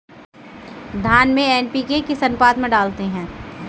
धान में एन.पी.के किस अनुपात में डालते हैं?